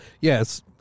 Yes